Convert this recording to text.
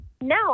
no